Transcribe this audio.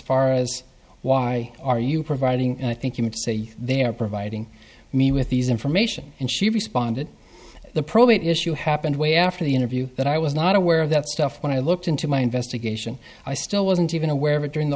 far as why are you providing i think you would say they are providing me with these information and she responded the probate issue happened way after the interview that i was not aware of that stuff when i looked into my investigation i still wasn't even aware of it during the